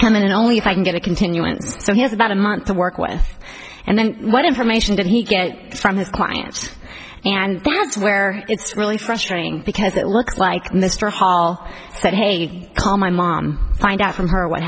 come in and only if i can get a continuance so he has about a month to work with and then what information did he get from his clients and that's where it's really frustrating because it looks like mr hall said hey call my mom find out from her what